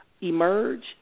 emerge